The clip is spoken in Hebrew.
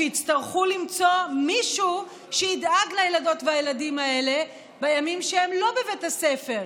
שיצטרכו למצוא מישהו שידאג לילדות והילדים האלה בימים שהם לא בבית הספר.